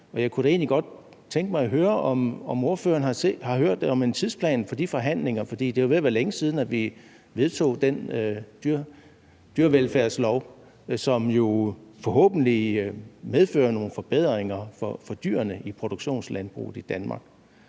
egentlig godt tænke mig at høre, om ordføreren har hørt om en tidsplan for de forhandlinger. For det er jo ved at være længe siden, at vi vedtog den dyrevelfærdslov, som forhåbentlig medfører nogle forbedringer for dyrene i produktionslandbruget i Danmark.